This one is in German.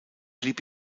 blieb